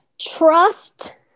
trust